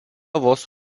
vos